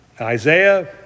Isaiah